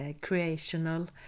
creational